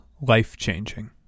life-changing